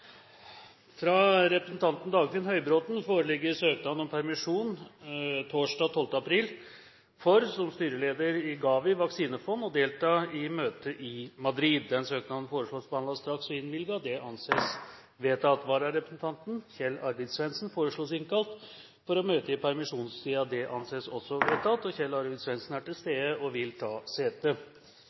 Fra representanten Dagfinn Høybråten foreligger søknad om permisjon torsdag 12. april for, som styreleder i GAVI vaksinefond, å delta i møte i Madrid. Etter forslag fra presidenten ble enstemmig besluttet: Søknaden behandles straks og innvilges. Vararepresentanten Kjell Arvid Svendsen innkalles for å møte i permisjonstiden. Kjell Arvid Svendsen er til stede og vil ta sete.